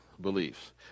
beliefs